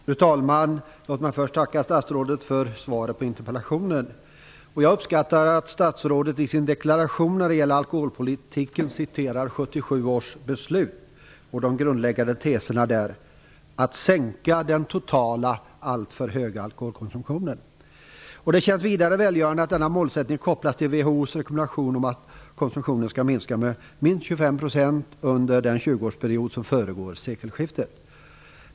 Fru talman! Jag vill först tacka statsrådet för svaret på interpellationen. Jag uppskattar att statsrådet i sin deklaration när det gäller alkoholpolitiken citerar 1977 års beslut och de grundläggande teserna där om att "sänka den totala alltför höga alkoholkonsumtionen". Vidare känns det välgörande att denna målsättning kopplas till WHO:s rekommendation om att konsumtionen skall minska med minst 25 % under den tjugoårsperiod som föregår sekelskiftet.